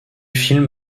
films